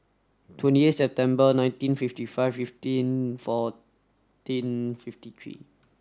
twenty eight September nineteen fifty five fifteen fourteen fifty three